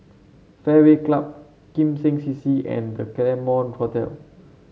Fairway Club Kim Seng C C and The Claremont Hotel